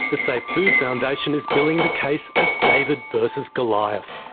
the safe food foundation is billing the case as david versus goliath,